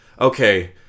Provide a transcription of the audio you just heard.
Okay